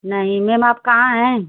नहीं मैम आप कहाँ हैं